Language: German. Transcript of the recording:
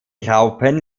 raupen